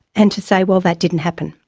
and to say, well, that didn't happen,